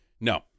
No